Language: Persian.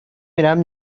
میرم